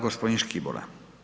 Gospodin Škibola.